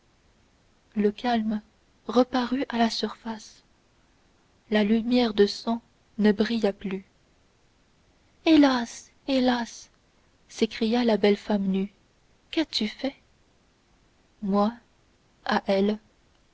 le calme reparut à la surface la lumière de sang ne brilla plus hélas hélas s'écria la belle femme nue qu'as-tu fait moi à elle